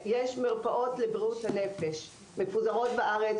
יש מרפאות לבריאות הנפש מפוזרות בארץ